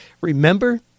remember